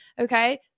Okay